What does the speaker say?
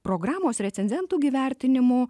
programos recenzentų gi vertinimu